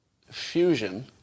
fusion